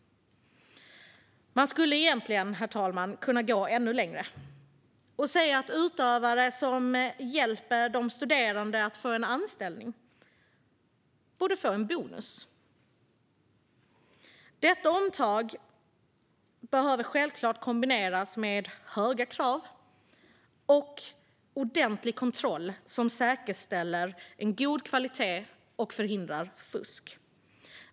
Man skulle egentligen kunna gå ännu längre och säga att utövare som hjälper de studerande att få en anställning borde få en bonus. Detta omtag behöver självklart kombineras med höga krav och ordentlig kontroll som säkerställer en god kvalitet och förhindrar fusk.